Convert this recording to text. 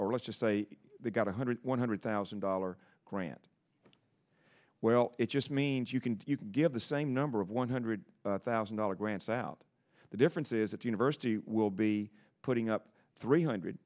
or let's just say they got one hundred one hundred thousand dollars grant well it just means you can you can give the same number of one hundred thousand dollars grants out the difference is that university will be putting up three hundred